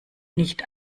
nicht